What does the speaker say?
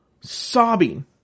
sobbing